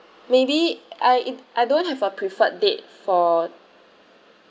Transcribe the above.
maybe I I don't have a preferred date for